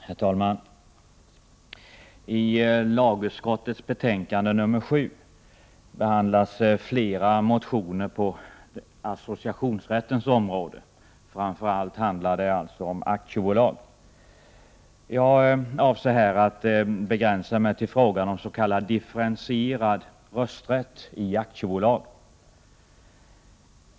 Herr talman! I lagutskottets betänkande nr 7 behandlas flera motioner på associationsrättens område. Framför allt handlar det om aktiebolag. Jag avser här att begränsa mig till frågan om s.k. differentierad rösträtt i aktiebolag.